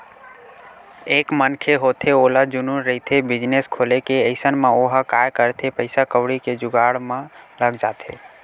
एक मनखे होथे ओला जनुन रहिथे बिजनेस खोले के अइसन म ओहा काय करथे पइसा कउड़ी के जुगाड़ म लग जाथे